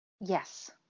Yes